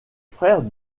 frère